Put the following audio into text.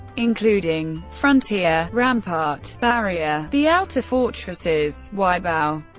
including frontier, rampart, barrier, the outer fortresses waibao,